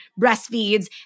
breastfeeds